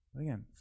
Again